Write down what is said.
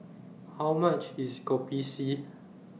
How much IS Kopi C